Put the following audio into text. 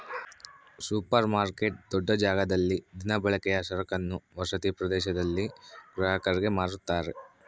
super market ದೊಡ್ಡ ಜಾಗದಲ್ಲಿ ದಿನಬಳಕೆಯ ಸರಕನ್ನು ವಸತಿ ಪ್ರದೇಶದಲ್ಲಿ ಗ್ರಾಹಕರಿಗೆ ಮಾರುತ್ತಾರೆ